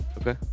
Okay